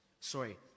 sorry